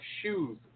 shoes